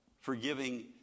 forgiving